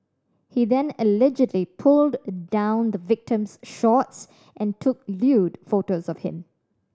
he then allegedly pulled down the victim's shorts and took lewd photos of him